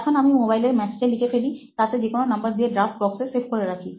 এখন আমি মোবাইলের মেসেজে লিখে ফেলি তাতে যেকোনো নম্বর দিয়ে ড্রাফট বক্সে সেভ করে রাখি